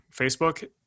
Facebook